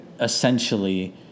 essentially